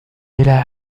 إلى